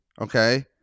okay